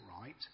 right